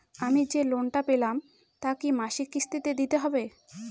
আমি যে লোন টা পেলাম তা কি মাসিক কিস্তি তে দিতে হবে?